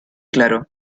claro